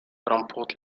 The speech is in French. remporte